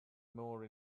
more